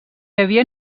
havia